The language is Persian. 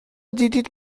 دیدید